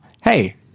hey